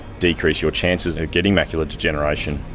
decrease your chances of getting macular degeneration.